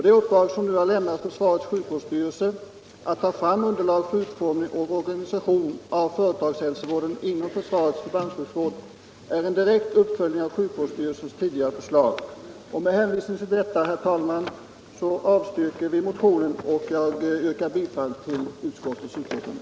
Det uppdrag som nu har lämnats försvarets sjukvårdsstyrelse, att ta fram underlag för utformning och organisation av en företagshälsovård inom försvarets förbandssjukvård, är en direkt uppföljning av sjukvårdsstyrelsens tidigare förslag. Med hänvisning till dessa fakta har utskottet avstyrkt motionen 1166. Herr talman! Jag ber att få yrka bifall till utskottets hemställan.